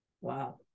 Wow